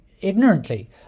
ignorantly